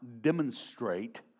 demonstrate